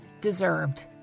deserved